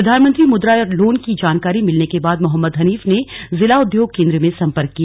प्रधानमंत्री मुद्रा लोन की जानकारी मिलने के बाद मोहम्मद हनीफ ने जिला उद्योग केंद्र में संपर्क किया